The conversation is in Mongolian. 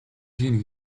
хийнэ